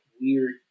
weird